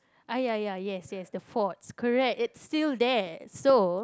ah ya ya yes yes the forts correct it's still there so